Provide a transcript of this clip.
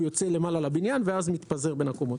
יוצא למעלה לבניין ואז מתפזר בין הקומות.